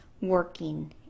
working